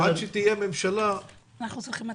עד שתהיה ממשלה ייקח זמן.